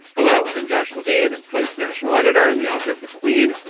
hello, i'm josh levine at slate's national editor and the author of the queen.